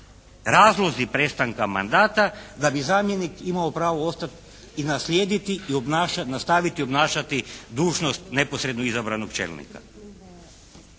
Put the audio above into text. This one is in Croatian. razlozi prestanka mandata da bi zamjenik imao pravo ostati i naslijediti i nastavati obnašati dužnost neposredno izabranog čelnika.